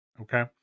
Okay